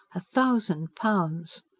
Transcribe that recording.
a thousand pounds!